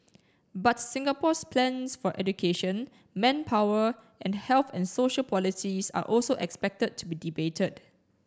but Singapore's plans for education manpower and health and social policies are also expected to be debated